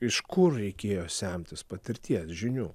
iš kur reikėjo semtis patirties žinių